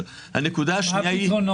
הנקודה השנייה היא,